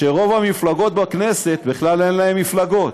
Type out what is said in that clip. שרוב המפלגות בכנסת, בכלל אין להן מפלגות.